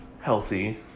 healthy